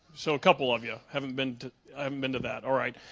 so a couple of you haven't been um been to that, all right.